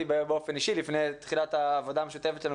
באופן אישי לפני תחילת העבודה המשותפת שלנו,